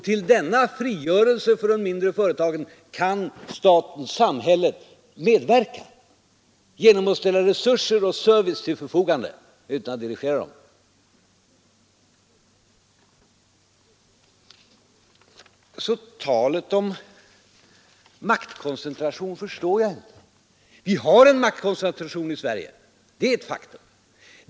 Till denna frigörelse för de mindre företagen kan samhället medverka genom att ställa resurser och service till förfogande utan att dirigera dem. Talet om maktkoncentration förstår jag därför inte. Vi har en maktkoncentration i Sverige — det är ett faktum.